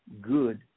good